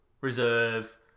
reserve